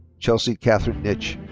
chelsea kathryn nitsch.